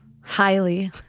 highly